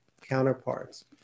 counterparts